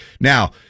Now